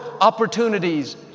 opportunities